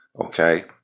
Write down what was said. Okay